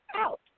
out